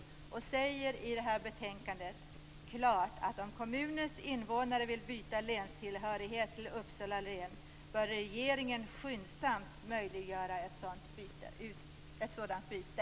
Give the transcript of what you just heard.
Utskottet säger klart i det här betänkandet att om kommunens invånare vill byta länstillhörighet till Uppsala län, bör regeringen skyndsamt möjliggöra ett sådant byte.